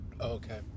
Okay